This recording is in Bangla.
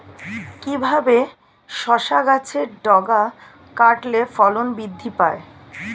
কিভাবে শসা গাছের ডগা কাটলে ফলন বৃদ্ধি পায়?